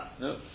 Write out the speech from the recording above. No